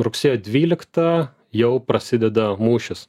rugsėjo dvyliktą jau prasideda mūšis